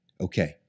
Okay